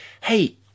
hey